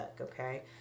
okay